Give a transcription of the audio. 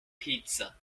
pizza